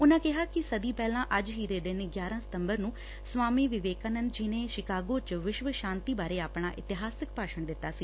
ਉਨਾਂ ਕਿਹਾ ਕਿ ਸਦੀ ਪਹਿਲਾਂ ਅੱਜ ਹੀ ਦੇ ਦਿਨ ਗਿਆਰਾਂ ਸਤੰਬਰ ਨੂੰ ਸਵਾਮੀ ਵਿਵੇਕਾਨੰਦ ਨੇ ਸ਼ਿਕਾਗੋ ਚ ਵਿਸ਼ਵ ਸ਼ਾਂਤੀ ਬਾਰੇ ਆਪਣਾ ਇਤਿਹਾਸਕ ਭਾਸ਼ਣ ਦਿੱਤਾ ਸੀ